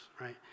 right